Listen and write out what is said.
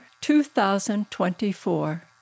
2024